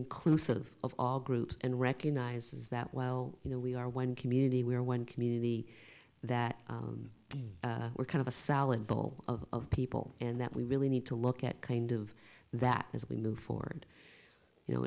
inclusive of all groups and recognizes that while you know we are one community we are one community that we're kind of a salad bowl of people and that we really need to look at kind of that as we move forward you know